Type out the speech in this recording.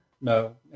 No